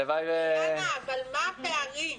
אילנה, מה הפערים?